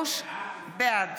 בעד